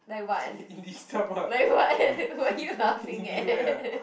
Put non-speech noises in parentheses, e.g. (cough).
(breath) Indie (breath) Indie where ah